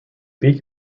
beak